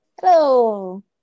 Hello